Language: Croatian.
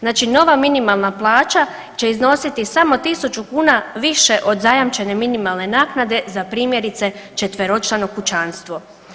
Znači nova minimalna plaća će iznositi samo 1.000 kuna više od zajamčene minimalne naknade za primjerice četveročlano kućanstvo.